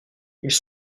ils